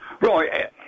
Right